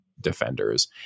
defenders